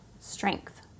strength